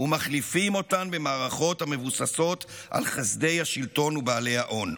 ומחליפים אותן במערכות המבוססות על חסדי השלטון ובעלי ההון.